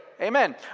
Amen